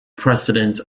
president